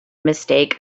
mistake